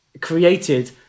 created